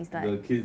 the kids